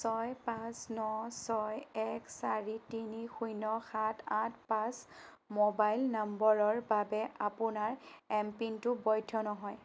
ছয় পাঁচ ন ছয় এক চাৰি তিনি শূন্য সাত আঠ পাঁচ মোবাইল নম্বৰৰ বাবে আপোনাৰ এম পিনটো বৈধ নহয়